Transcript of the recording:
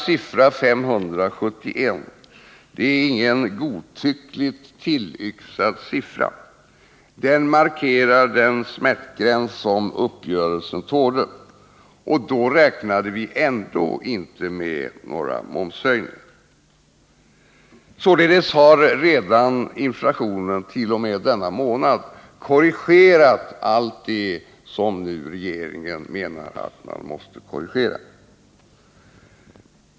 Siffran 571 är inte godtyckligt tillyxad — den markerar den smärtgräns som uppgörelserna tålde, och då räknade vi ändå inte med en momshöjning. Inflationen har således redan denna månad korrigerat allt det som regeringen menar måste korrigeras.